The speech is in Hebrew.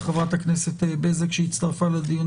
וחברת הכנסת בזק שהצטרפה לדיון,